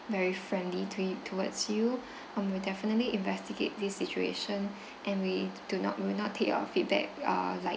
very friendly to you towards you um we'll definitely investigate this situation and we do not we'll not take your feedback uh light~